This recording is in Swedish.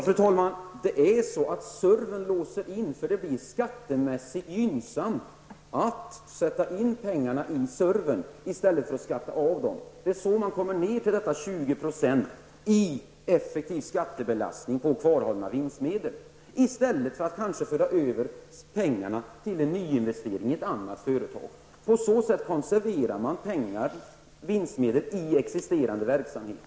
Fru talman! SURV låser in kapital, för det blir skattemässigt gynnsamt att sätta in pengarna i SURV i stället för att skatta av dem. Det är så man kommer ner till 20 % i effektiv skattebelastning på kvarhållna vinstmedel, i stället för att kanske dessa förs över till en nyinvestering i ett annat företag. På så sätt konserverar man pengarna, vinstmedlen, i existerande verksamhet.